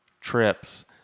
trips